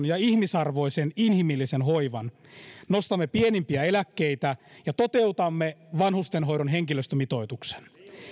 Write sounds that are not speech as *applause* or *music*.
*unintelligible* ja ihmisarvoisen inhimillisen hoivan nostamme pienimpiä eläkkeitä ja toteutamme vanhustenhoidon henkilöstömitoituksen